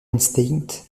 instinct